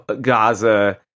Gaza